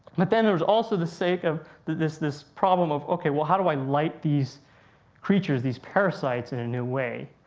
but then there's also the sake of this, this problem of okay, what, how do i light these creatures, these parasites in a new way.